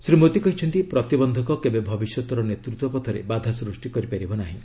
ଶ୍ରୀ ମୋଦୀ କହିଛନ୍ତି ପ୍ରତିବନ୍ଧକ କେବେ ଭବିଷ୍ୟତର ନେତୃତ୍ୱପଥରେ ବାଧାସୃଷ୍ଟି କରିପାରିବ ନାହିଁ